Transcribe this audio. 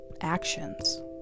actions